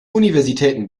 universitäten